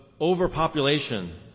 overpopulation